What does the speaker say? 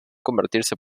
convertirse